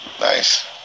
nice